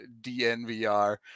DNVR